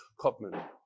Kopman